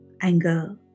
anger